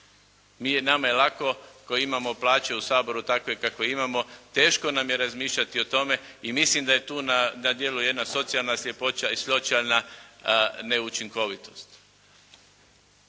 Mi, nama je lako koji imamo plaće u Saboru takve kakve imamo, teško nam je razmišljati o tome. I mislim da je tu na dijelu jedna socijalna sljepoća i socijalna neučinkovitost.